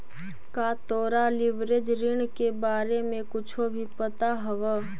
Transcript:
का तोरा लिवरेज ऋण के बारे में कुछो भी पता हवऽ?